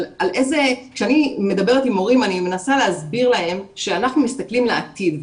כשאני מדברת עם הורים אני מנסה להסביר להם שאנחנו מסתכלים לעתיד,